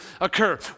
occur